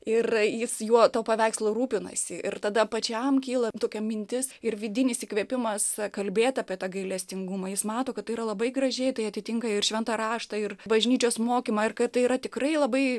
ir jis juo to paveikslo rūpinasi ir tada pačiam kyla tokia mintis ir vidinis įkvėpimas kalbėti apie tą gailestingumą jis mato kad tai yra labai gražiai tai atitinka ir šventą raštą ir bažnyčios mokymą ir kad tai yra tikrai labai